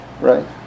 right